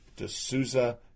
D'Souza